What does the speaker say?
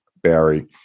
Barry